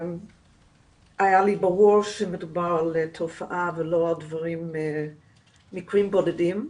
היה לי ברור שמדובר בתופעה ולא במקרים בודדים.